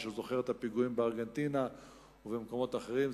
מי שזוכר את הפיגועים בארגנטינה ובמקומות אחרים,